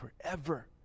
Forever